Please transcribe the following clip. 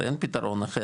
אין פתרון אחר,